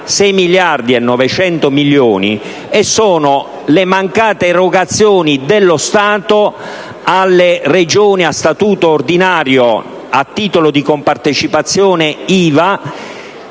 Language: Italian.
6 miliardi e 900 milioni di euro: si tratta delle mancate erogazioni dello Stato alle Regioni a statuto ordinario a titolo di compartecipazione IVA,